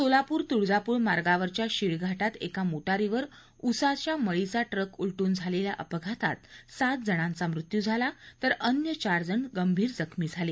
सोलापूर तुळजापूर मार्गावरच्या शीळ घाटात एका मोटारीवर उसाच्या मळीचा ट्रक उलटून झालेल्या अपघातात सात जणांचा मृत्यू झाला तर अन्य चार जण गंभीर जखमी झाले